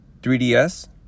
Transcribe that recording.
3ds